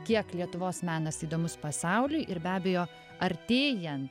kiek lietuvos menas įdomus pasauliui ir be abejo artėjant